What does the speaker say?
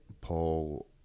Paul